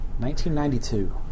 1992